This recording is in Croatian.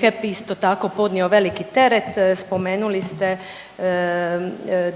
HEP isto tako podnio veliki teret, spomenuli ste